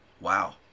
Wow